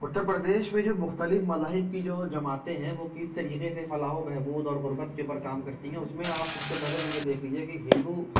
اتر پردیش میں جو مختلف مذاہب کی جو جماعتیں ہیں وہ کس طریقے سے فلاح و بہبود اور غربت کے اوپر کام کرتی ہیں اس میں آپ سب سے پہلے تو یہ دیکھ لیجیے کہ ہندو